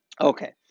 Okay